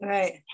Right